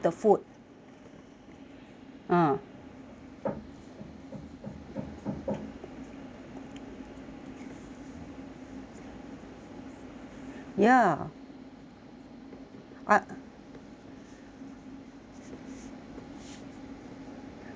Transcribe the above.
ah ya I